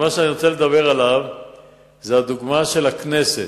אני רוצה לדבר על הדוגמה של הכנסת,